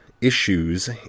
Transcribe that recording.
issues